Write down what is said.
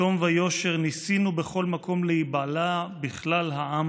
בתום ויושר ניסינו בכל מקום להיבלע בכלל העם